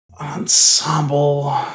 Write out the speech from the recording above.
ensemble